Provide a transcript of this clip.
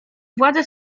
władzę